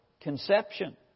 conception